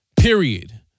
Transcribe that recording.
Period